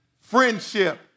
friendship